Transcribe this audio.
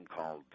called